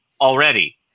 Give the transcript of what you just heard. already